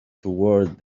toward